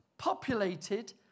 populated